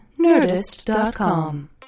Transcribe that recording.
Nerdist.com